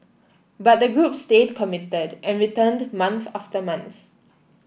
but the group stayed committed and returned month after month